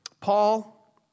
Paul